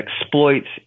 exploits